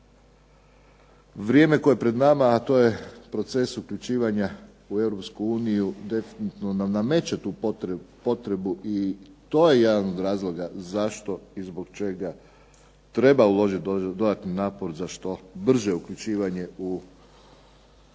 Vrijeme koje je pred nama, a to je proces uključivanja u Europsku uniju definitivno nam nameće tu potrebu i to je jedan od razloga zašto i zbog čega treba uložiti dodatni napor za što brže uključivanje u